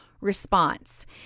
response